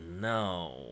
no